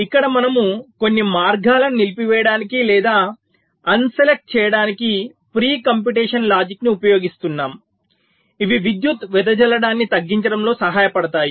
ఇక్కడ మనము కొన్ని మార్గాలను నిలిపివేయడానికి లేదా అన్ సెలెక్ట్ చేయడానికి ప్రీ కంప్యూటేషన్ లాజిక్ని ఉపయోగిస్తాం ఇవి విద్యుత్తు వెదజల్లడాన్ని తగ్గించడంలో సహాయపడతాయి